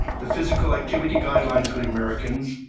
the physical activity guidelines for the americans,